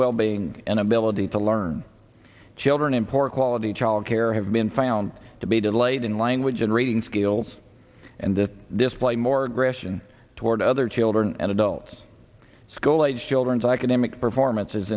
wellbeing and ability to learn children import quality child care have been found to be delayed in language and reading skills and to display more aggression toward other children and adults school age children the academic performance is